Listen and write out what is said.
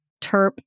TERP